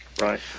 Right